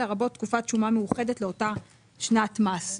לרבות תקופת שומה מאוחדת לאותה שנת מס".